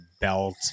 belt